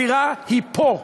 הזירה היא פה,